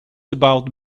about